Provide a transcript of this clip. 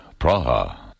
Praha